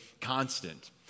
constant